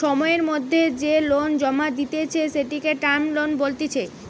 সময়ের মধ্যে যে লোন জমা দিতেছে, সেটিকে টার্ম লোন বলতিছে